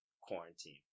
quarantine